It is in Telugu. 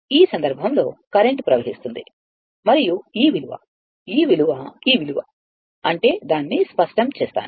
కాబట్టి ఆ సందర్భంలో కరెంట్ ప్రవహిస్తుంది మరియు ఈ విలువ ఈ విలువ ఈ విలువ అంటే దాన్నిస్పష్టం చేస్తాను